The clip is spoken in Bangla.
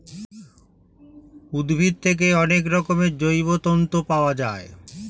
উদ্ভিদ থেকে অনেক রকমের জৈব তন্তু পাওয়া যায়